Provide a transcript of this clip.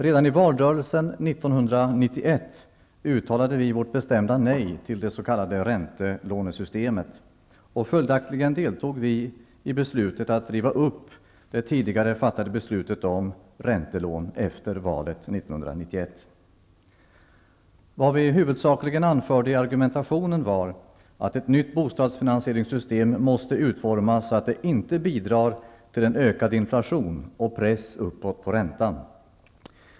Redan i valrörelsen 1991 uttalade vi vårt bestämda nej till det s.k. räntelånesystemet, och följaktligen deltog vi efter valet 1991 i beslutet att riva upp det tidigare fattade beslutet om räntelån. Vad vi huvudsakligen anförde i argumentationen var att ett nytt bostadsfinansieringssystem måste utformas så, att det inte bidrar till en ökad inflation och press uppåt på räntan.